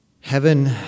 Heaven